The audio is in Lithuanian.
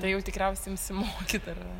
tai jau tikriausia imsi mokyt ar